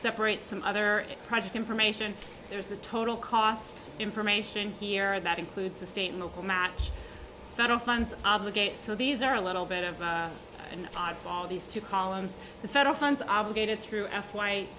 separate some other project information there's the total cost information here that includes the state and local match federal funds obligate so these are a little bit of an oddball these two columns the federal funds obligated through f